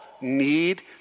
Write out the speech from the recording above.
need